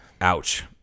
Ouch